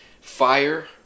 fire